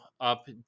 up